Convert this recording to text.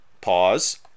Pause